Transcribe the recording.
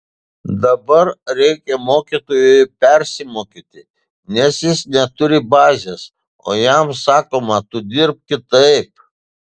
dabar reikia mokytojui persimokyti nes jis neturi bazės o jam sakoma tu dirbk kitaip